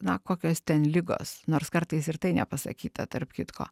na kokios ten ligos nors kartais ir tai nepasakyta tarp kitko